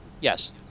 Yes